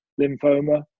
lymphoma